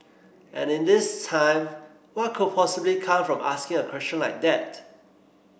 and in these times what could possibly come from asking a question like that